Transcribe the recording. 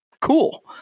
cool